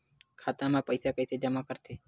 खाता म पईसा कइसे जमा करथे?